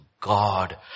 God